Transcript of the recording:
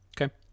Okay